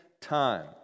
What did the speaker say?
time